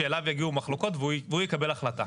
שאליו יגיעו מחלוקות והוא יקבל החלטה.